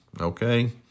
okay